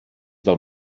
del